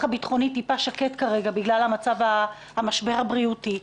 הביטחוני מעט שקט כרגע בגלל המשבר בריאותי,